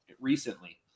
recently